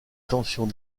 tensions